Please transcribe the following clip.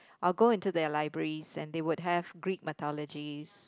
I'll go into their libraries and they would have greek mythologies